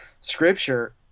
scripture